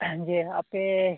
ᱡᱮ ᱟᱯᱮ